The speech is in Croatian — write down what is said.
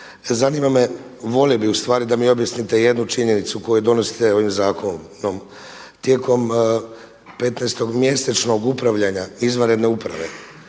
Zanima me, volio bih ustvari da mi objasnite jednu činjenicu koju donosite ovim zakonom. Tijekom 15 mjesečnog upravljanja izvanredne uprave,